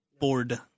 Bored